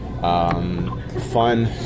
fun